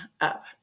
up